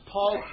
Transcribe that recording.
Paul